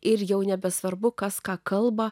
ir jau nebesvarbu kas ką kalba